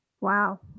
Wow